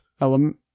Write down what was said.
Element